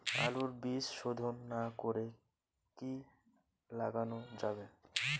আলুর বীজ শোধন না করে কি লাগানো যাবে?